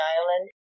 Island